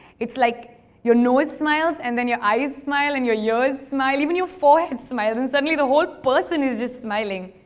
it's like your nose smiles, and then your eyes smile, and your ears smile, even your forehead smiles and suddenly, the whole person is just smiling.